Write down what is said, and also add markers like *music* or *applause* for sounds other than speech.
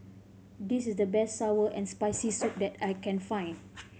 this is the best sour and Spicy Soup *noise* that I can find